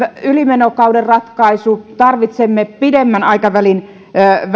ylimenokauden ratkaisu tarvitsemme pidemmän aikavälin